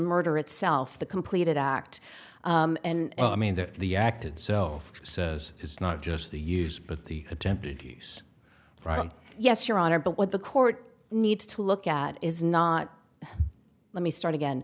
murder itself the completed act and i mean that the acted self says it's not just the use but the attempted use yes your honor but what the court needs to look at is not let me start again